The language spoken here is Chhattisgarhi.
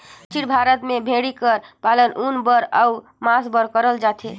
दक्खिन भारत में भेंड़ी कर पालन ऊन बर अउ मांस बर करल जाथे